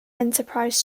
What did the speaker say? enterprise